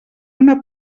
una